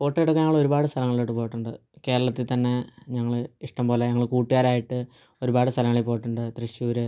photo എടുക്കാനുള്ള ഒരുപാട് സ്ഥലങ്ങൾ ഒരുപാടുണ്ട് കേരളത്തിൽ തന്നെ ഞങ്ങൾ ഇഷ്ടംപോലെ ഞങ്ങൾ കൂട്ടുകാരായിട്ട് ഒരുപാട് സ്ഥലങ്ങളിൽ പോയിട്ടുണ്ട് തൃശൂർ